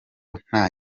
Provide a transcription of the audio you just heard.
nta